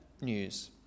news